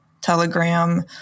Telegram